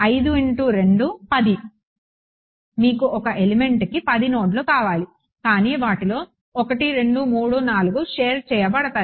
5 X 2 10 మీకు ఒక ఎలిమెంట్కి 10 నోడ్లు కావాలి కానీ వాటిలో 1 2 3 4 షేర్ చేయబడతాయి